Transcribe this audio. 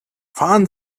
fahren